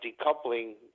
decoupling